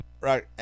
right